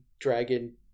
dragon